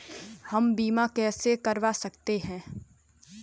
हम बीमा कैसे करवा सकते हैं?